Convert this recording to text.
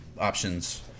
options